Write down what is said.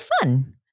fun